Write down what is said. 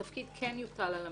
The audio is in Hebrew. התפקיד כן יוטל על הממונה,